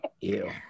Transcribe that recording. Ew